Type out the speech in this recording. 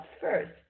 first